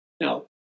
Now